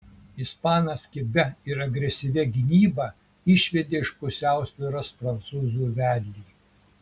ispanas kibia ir agresyvia gynyba išvedė iš pusiausvyros prancūzų vedlį